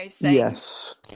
Yes